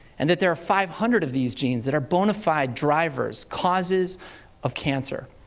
and that there are five hundred of these genes that are bona-fide drivers, causes of cancer.